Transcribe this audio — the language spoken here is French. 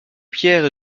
pierre